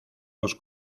los